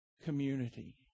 community